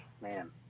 man